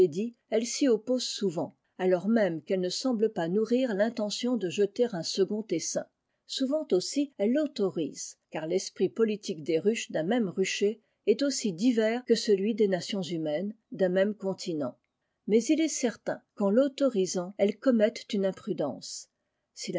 elles s'y opposent souvent alors même qu'elles ne semblent pas nourrir l'intention de jeter un second essaim souvent aussi elles l'autorisent car l'esprit politique des ruches d'un même rucher est aussi divers que celui des nations humaines d'un même continent mais il est certain qu'en l'autorisant elles cor mettent une imprudence si